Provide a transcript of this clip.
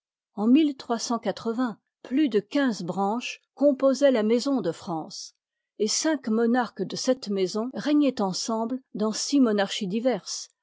plus de quinze branches composoient la maison de france et cinq monarques de cette maison régnoient ensemble dans six monarchies diverses